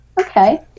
Okay